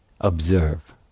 observe